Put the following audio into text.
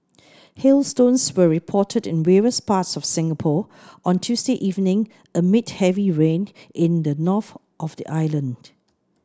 hailstones were reported in various parts of Singapore on Tuesday evening amid heavy rain in the north of the island